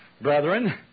brethren